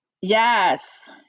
yes